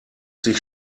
sich